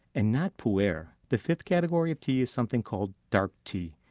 and not pu-erh. the fifth category of tea is something called dark tea,